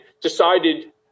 decided